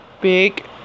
big